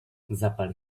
zapal